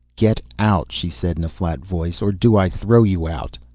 get out, she said in a flat voice. or do i throw you out?